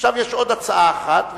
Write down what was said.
עכשיו יש עוד הצעה אחת,